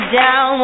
down